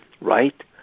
right